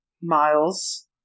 Miles